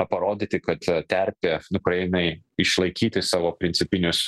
parodyti kad terpė ukrainai išlaikyti savo principinius